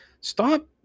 Stop